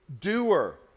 doer